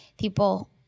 people